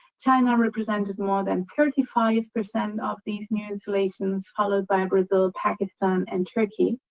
china represented more than thirty five percent of these new installations, followed by brazil, pakistan, and turkey.